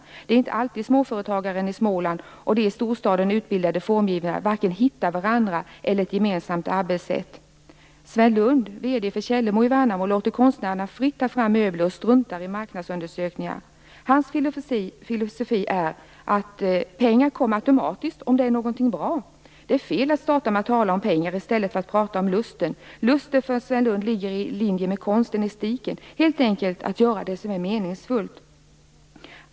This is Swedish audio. Det är inte alltid som småföretagaren i Småland och de i storstaden utbildade formgivarna vare sig hittar varandra eller ett gemensamt arbetssätt. Sven Lund, VD för Källemo i Värnamo, låter konstnärerna fritt ta fram möbler och struntar i marknadsundersökningar. Hans filosofi är att pengar kommer automatiskt om man gör någonting bra. Det är fel att starta med att prata om pengar i stället för att prata om lusten. Lusten för Sven Lund ligger i linje med konsten och estetiken - i att helt enkelt göra det som är meningsfullt.